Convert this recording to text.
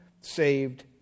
saved